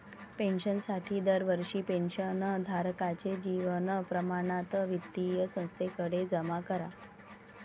पेन्शनसाठी दरवर्षी पेन्शन धारकाचे जीवन प्रमाणपत्र वित्तीय संस्थेकडे जमा करा